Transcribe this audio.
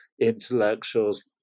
intellectuals